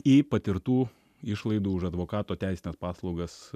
į patirtų išlaidų už advokato teisines paslaugas